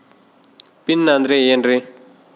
Pin ಅಂದ್ರೆ ಏನ್ರಿ?